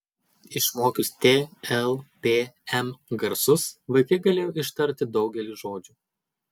išmokius t l p m garsus vaikai galėjo ištarti daugelį žodžių